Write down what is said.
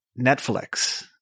Netflix